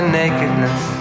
nakedness